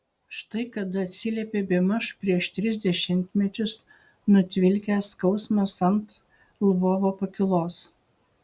štai kada atsiliepė bemaž prieš tris dešimtmečius nutvilkęs skausmas ant lvovo pakylos